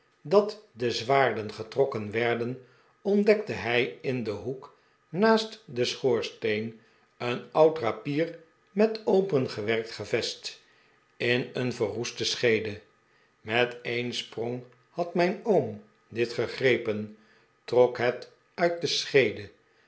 dat de zwaarden getrokken werden ontdekte hij in den hoek naast den schoorsteen een oud rapier met opengewerkt gevest in een verroeste scheede met een sprong had mijn oom dit gegrepen trok het uit de scheede